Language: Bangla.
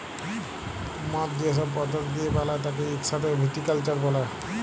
মদ যে সব পদ্ধতি দিয়ে বালায় তাকে ইক সাথে ভিটিকালচার ব্যলে